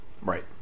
right